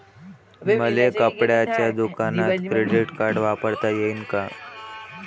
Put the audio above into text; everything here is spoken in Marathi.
मले कपड्याच्या दुकानात क्रेडिट कार्ड वापरता येईन का?